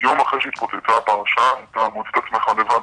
יום אחרי שהתפוצצה הפרשה, אתה מוצא את עצמך לבד,